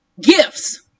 Gifts